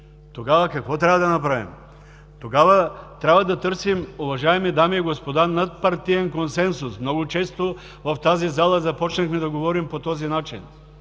Тогава какво трябва да направим? Тогава трябва да търсим, уважаеми дами и господа, надпартиен консенсус. Много често в тази зала започнахме да говорим по този начин,